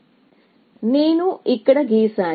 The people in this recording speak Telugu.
కాబట్టి నేను ఇక్కడ గీసాను